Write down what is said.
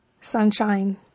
sunshine